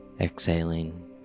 exhaling